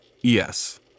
Yes